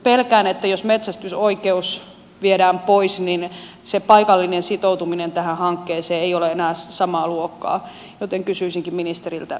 pelkään että jos metsästysoikeus viedään pois niin se paikallinen sitoutuminen tähän hankkeeseen ei ole enää samaa luokkaa joten kysyisinkin ministeriltä